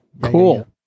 Cool